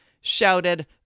shouted